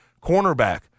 cornerback